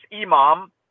imam